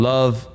Love